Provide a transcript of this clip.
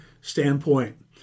standpoint